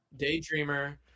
daydreamer